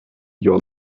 your